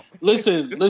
Listen